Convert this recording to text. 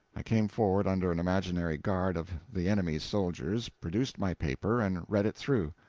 i came forward under an imaginary guard of the enemy's soldiers, produced my paper, and read it through.